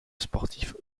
sportif